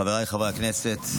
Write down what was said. חבריי חברי הכנסת,